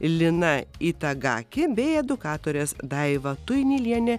lina itagakė bei edukatorės daiva tuinylienė